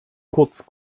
kurz